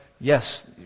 Yes